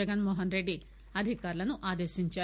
జగన్ మోహన్ రెడ్డి అధికారులను ఆదేశించారు